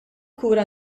kura